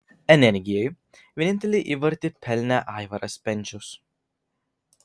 energijai vienintelį įvartį pelnė aivaras bendžius